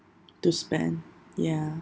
to spend ya